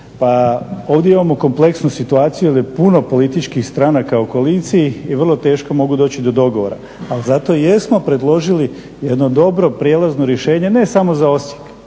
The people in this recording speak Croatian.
pa ovdje imamo kompleksnu situaciju jer je puno političkim stranaka u koaliciji i vrlo teško mogu doći do dogovora, ali zato jesmo predložili jedno dobro prijelazno rješenje, ne samo za Osijek